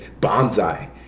bonsai